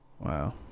Wow